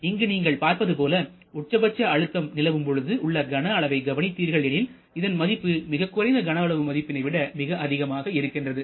இங்கு நீங்கள் பார்ப்பது போல உட்சபட்ச அழுத்தம் நிலவும் பொழுது உள்ள கன அளவை கவனித்தீர்கள் எனில் இதன் மதிப்பு மிகக்குறைந்த கனஅளவு மதிப்பினை விட மிக அதிகமாக இருக்கிறது